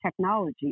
technology